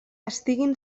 estiguen